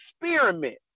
experiment